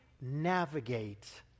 navigate